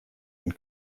and